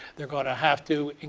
they're going to have to,